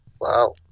Wow